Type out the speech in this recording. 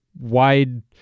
wide